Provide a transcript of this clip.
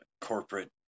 corporate